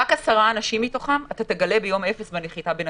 רק 10 אנשים מתוכם אתה תגלה ביום אפס בנחיתה בנתב"ג.